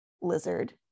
lizard